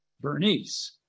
Bernice